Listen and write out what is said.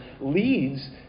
leads